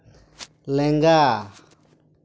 ᱞᱮᱸᱜᱟ